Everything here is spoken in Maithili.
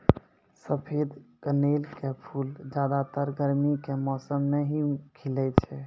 सफेद कनेल के फूल ज्यादातर गर्मी के मौसम मॅ ही खिलै छै